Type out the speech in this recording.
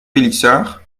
pélissard